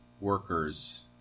workers